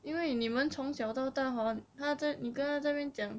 因为你们从小到大 hor 他在你跟在那边讲